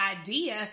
idea